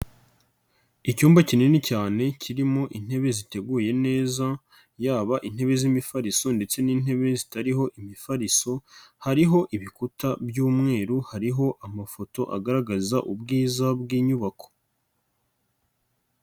Icyumba kinini cyane kirimo intebe ziteguye neza yaba intebe z'imifariso ndetse n'intebe zitariho imifariso, hariho ibikuta by'umweru hariho amafoto agaragaza ubwiza bw'inyubako.